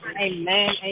Amen